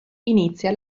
inizia